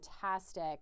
fantastic